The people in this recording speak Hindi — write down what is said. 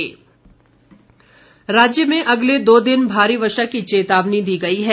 मौसम राज्य में अगले दो दिन भारी वर्षा की चेतावनी दी गई है